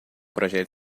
projeto